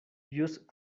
used